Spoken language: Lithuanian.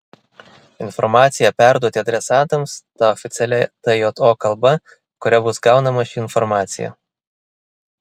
informaciją perduoti adresatams ta oficialia tjo kalba kuria bus gaunama ši informacija